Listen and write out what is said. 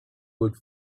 would